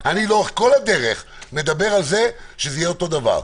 לאורך כל הדרך אני מדבר על זה שזה יהיה אותו דבר.